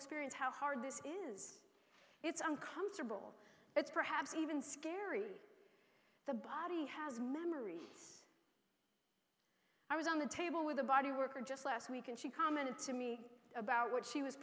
experience how hard this is it's uncomfortable it's perhaps even scary the body has memory i was on the table with a body worker just last week and she commented to me about what she was